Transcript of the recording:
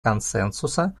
консенсуса